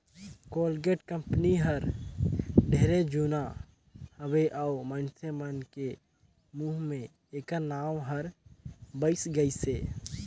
Colgate company हर ढेरे जुना हवे अऊ मइनसे मन के मुंह मे ऐखर नाव हर बइस गइसे